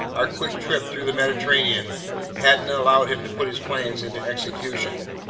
our quick trip through the mediterranean hadn't allowed him to put his plans into execution,